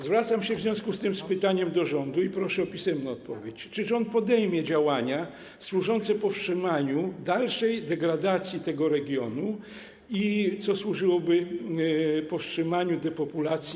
Zwracam się w związku z tym z pytaniem do rządu i proszę o pisemną odpowiedź: Czy rząd podejmie działania służące powstrzymaniu dalszej degradacji tego regionu, co służyłoby powstrzymaniu depopulacji?